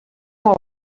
molt